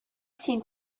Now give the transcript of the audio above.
син